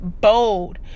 bold